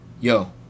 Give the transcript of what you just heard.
yo